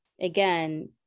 again